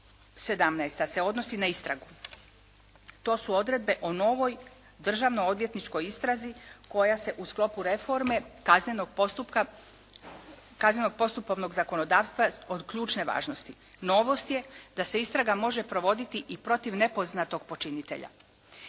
se odnosi na istragu. To su odredbe o novoj državno odvjetničkoj istrazi koja se u sklopu reforme kaznenog postupovnog zakonodavstva od ključne važnosti. Novost je da se istraga može provoditi i protiv nepoznatog počinitelja.